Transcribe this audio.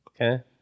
Okay